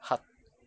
hard